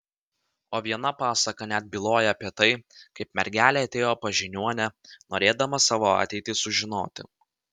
o viena pasaka net byloja apie tai kaip mergelė atėjo pas žiniuonę norėdama savo ateitį sužinoti